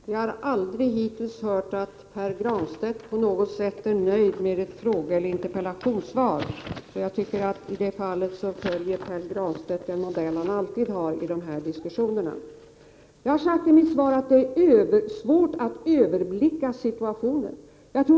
Herr talman! Jag har hittills aldrig hört att Pär Granstedt på något sätt varit nöjd med ett frågeeller interpellationssvar. Så han följer här den modell som han alltid brukar följa i sådana här diskussioner. Jag har i svaret sagt att det är svårt att överblicka situationen.